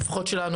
לפחות שלנו,